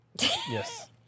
Yes